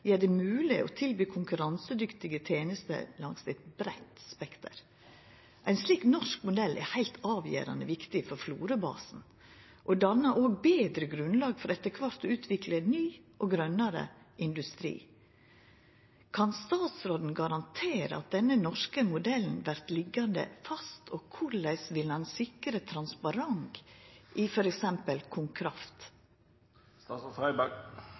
gjer det mogleg å tilby konkurransedyktige tenester langs eit breitt spekter. Ein slik norsk modell er heilt avgjerande for Florø-basen og dannar òg betre grunnlag for etter kvart å utvikla ny og grønare industri. Kan statsråden garantera at den norske modellen vert liggjande fast, og korleis vil han sikra transparens i